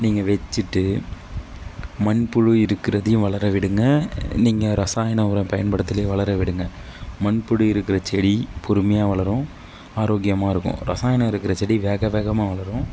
நீங்கள் வச்சுட்டு மண்புழு இருக்கிறதையும் வளர விடுங்கள் நீங்கள் ரசாயன உரம் பயன்படுத்தியும் வளர விடுங்கள் மண்புழு இருக்கிற செடி பொறுமையாக வளரும் ஆரோக்கியமாக இருக்கும் ரசாயனம் இருக்கிற செடி வேக வேகமாக வளரும்